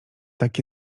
tak